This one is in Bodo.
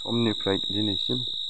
समनिफ्राय दिनैसिम